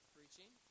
Preaching